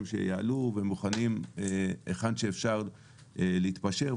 שיעלו ומוכנים היכן שאפשר להתפשר,